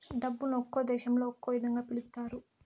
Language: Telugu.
డబ్బును ఒక్కో దేశంలో ఒక్కో ఇదంగా పిలుత్తారు